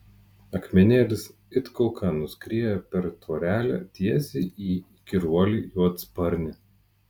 akmenėlis it kulka nuskrieja per tvorelę tiesiai į įkyruolį juodasparnį